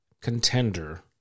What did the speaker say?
contender